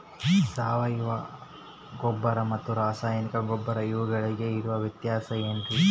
ಸಾವಯವ ಗೊಬ್ಬರ ಮತ್ತು ರಾಸಾಯನಿಕ ಗೊಬ್ಬರ ಇವುಗಳಿಗೆ ಇರುವ ವ್ಯತ್ಯಾಸ ಏನ್ರಿ?